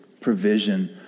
provision